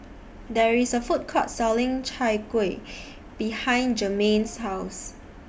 There IS A Food Court Selling Chai Kuih behind Jermain's House